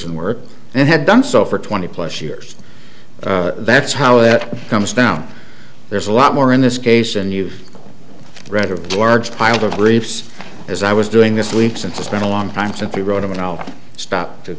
ferguson work and had done so for twenty plus years that's how it comes down there's a lot more in this case and you've read a large pile of briefs as i was doing this week since it's been a long time since he wrote them and i'll stop to